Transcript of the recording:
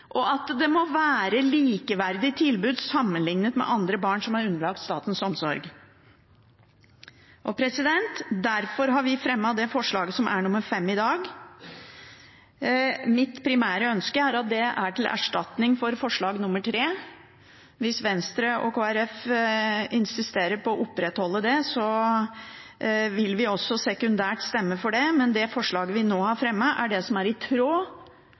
og at det må være likeverdig tilbud sammenliknet med andre barn som er underlagt statens omsorg. Derfor har vi fremmet det forslaget som er nr. 5 i dag. Mitt primære ønske er at det er til erstatning for forslag nr. 3. Hvis Venstre og Kristelig Folkeparti insisterer på å opprettholde det, vil vi også sekundært stemme for det, men det forslaget vi nå har fremmet, er det som er i tråd